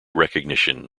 recognition